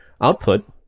output